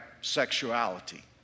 sexuality